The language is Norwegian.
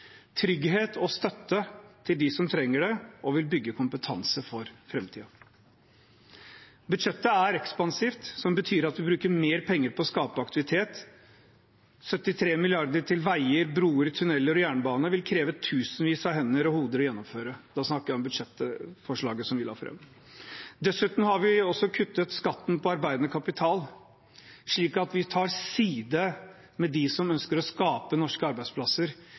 trygghet og støtte til dem som trenger det, og vil bygge kompetanse for framtiden. Budsjettet er ekspansivt, noe som betyr at vi bruker mer penger på å skape aktivitet. 73 mrd. kr til veier, broer, tuneller og jernbane – dette vil kreve tusenvis av hender og hoder å gjennomføre. Da snakker jeg om budsjettforslaget vi la fram. Dessuten har vi kuttet skatten på arbeidende kapital, slik at vi tar side med dem som ønsker å skape norske arbeidsplasser,